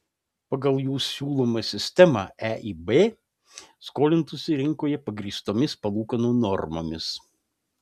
pagal jų siūlomą sistemą eib skolintųsi rinkoje pagrįstomis palūkanų normomis